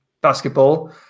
basketball